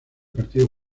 partido